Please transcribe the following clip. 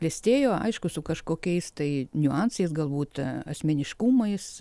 klestėjo aišku su kažkokiais tai niuansais galbūt asmeniškumais